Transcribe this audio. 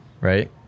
right